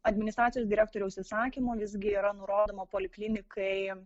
administracijos direktoriaus įsakymu visgi yra nurodoma poliklinikai